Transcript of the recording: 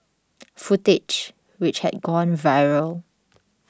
footage which had gone viral